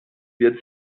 wird